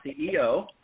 CEO